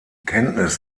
kenntnis